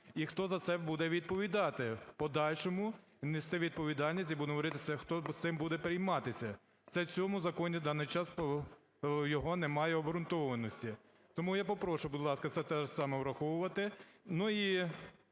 і хто за це буде відповідати в подальшому і нести відповідальність? І будемо говорити, хто цим буде перейматися? Це в цьому законі в даний час його немає обґрунтованості. Тому я попрошу, будь ласка, це так же само враховувати. Ну, і